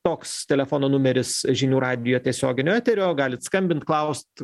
toks telefono numeris žinių radijo tiesioginio eterio galit skambint klaust